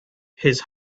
his